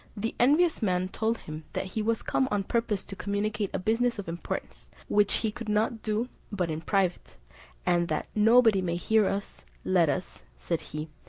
the envious man told him that he was come on purpose to communicate a business of importance, which he could not do but in private and that nobody may hear us, let us, said he,